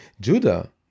Judah